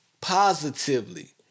positively